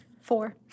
Four